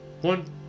One